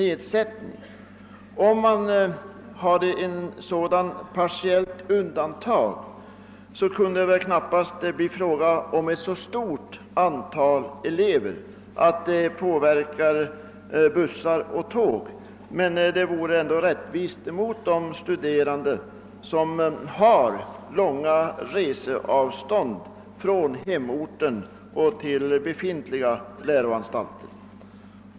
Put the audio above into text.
Ett sådant partiellt undantag skulle vara enkelt att tillämpa och knappast gälla ett så stort antal, att det nämnvärt skulle påverka beläggningen på bussar och tåg, men det skulle vara rättvist niot de elever som har långa resor från hemorten till läroanstalterna.